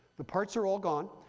the parts are all gone,